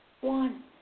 One